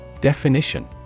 Definition